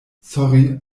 sorry